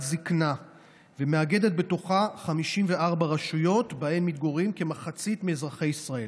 זקנה ומאגדת בתוכה 54 רשויות שבהן מתגוררים כמחצית מאזרחי ישראל.